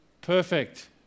Perfect